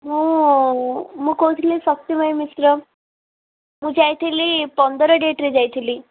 ମୁଁ ମୁଁ କହୁଥିଲି ଶକ୍ତିମୟୀ ମିଶ୍ର ମୁଁ ଯାଇଥିଲି ପନ୍ଦର ଡେଟ୍ରେ ଯାଇଥିଲି